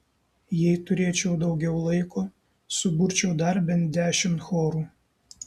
jei turėčiau daugiau laiko suburčiau dar bent dešimt chorų